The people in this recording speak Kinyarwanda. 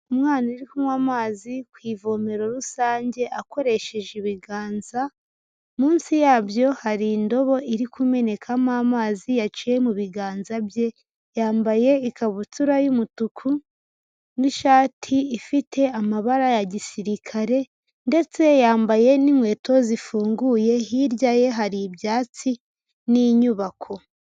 Umwana uri kunywa amazi ku ivomero rusange akoresheje ibiganza, munsi yabyo hari indobo iri kumenekamo amazi yaciye mu biganza bye, yambaye ikabutura y'umutuku n'ishati ifite amabara ya gisirikare ndetse yambaye n'inkweto zifunguye hirya ye hari ibyatsi n'inyubako.